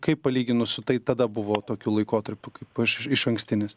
kaip palyginus su tai tada buvo tokiu laikotarpiu kaip išankstinis